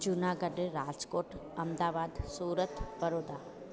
Junagadh Rajkot Ahmedabad Surat Baroda